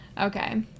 okay